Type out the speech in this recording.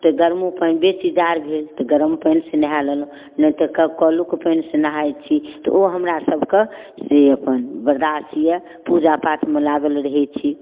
तऽ गरमो पानि बेसी जाड़ भेल तऽ गरम पानिसँ नहा लेलहुँ नहि तऽ कलोके पानिसँ नहाइ छी तऽ ओ हमरासभके से अपन बरदास्त अइ पूजा पाठमे लागल रहै छी